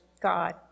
God